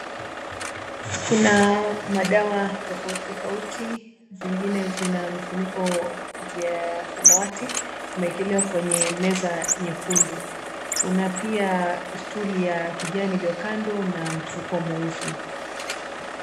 Kuna madawa tofauti tofauti vingine zina mifuniko vya samawati imeekelewa kwenye meza nyekundu, kuna pia stoli ya kijani iliyo kando na mfuko mweusi.